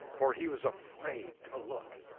for he was afraid to look.